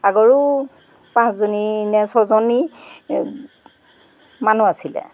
আগৰো পাঁচজনী নে ছজনী মানুহ আছিলে